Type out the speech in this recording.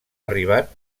arribat